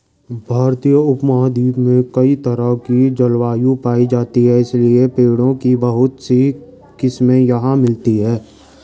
भारतीय उपमहाद्वीप में कई तरह की जलवायु पायी जाती है इसलिए पेड़ों की बहुत सी किस्मे यहाँ मिलती हैं